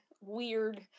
weird